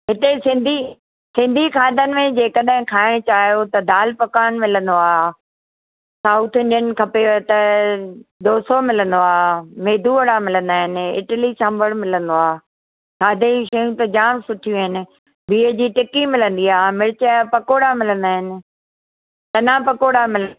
हिते सिंधी सिंधी खाधनि में जेकॾहिं खाइणु चाहियो त दाल पकवान मिलंदो आहे साउथ इंडियन खपेव त डोसो मिलंदो आहे मेदू वड़ा मिलंदा आहिनि इडली सांभर मिलंदो आहे खाधे जी शयूं त जाम सुठियूं आहिनि बिह जी टिकी मिलंदी आहे मिर्च जा पकोड़ा मिलंदा आहिनि सन्हा पकोड़ा मिल